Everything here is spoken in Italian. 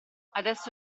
adesso